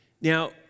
Now